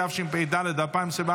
התשפ"ד 2024,